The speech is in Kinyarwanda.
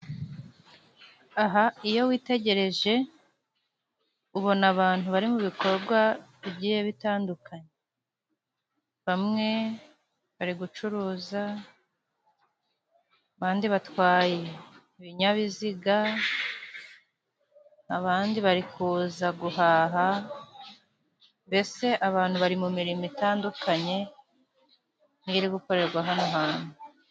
Aha iyo witegereje ubona abantu bari mu bikorwa bigiye bitandukanye. Bamwe bari gucuruza, abandi batwaye ibinyabiziga, abandi bari kuza guhaha, mbese abantu bari mu mirimo itandukanye, iri gukorerwa hano hantu.